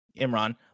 Imran